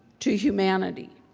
to humanity.